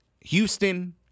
Houston